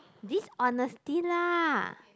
dishonesty lah